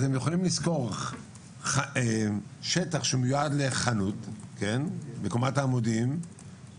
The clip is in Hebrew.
אז הם יכולים לשכור שטח שמיועד לחנות בקומת הרחוב,